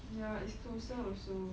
ya it's closer also